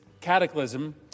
cataclysm